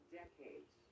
decades